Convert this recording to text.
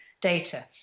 data